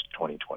2020